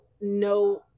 no